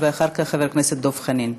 אחר כך, חבר הכנסת דב חנין.